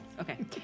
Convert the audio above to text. Okay